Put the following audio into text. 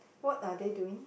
what are they doing